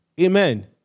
Amen